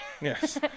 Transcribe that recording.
Yes